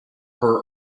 her